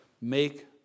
make